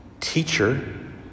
teacher